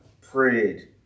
prayed